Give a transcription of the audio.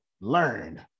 learn